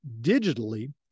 digitally